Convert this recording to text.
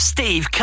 Steve